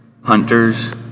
hunters